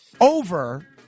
over